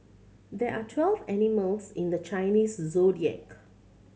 there are twelve animals in the Chinese Zodiac